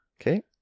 Okay